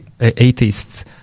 atheists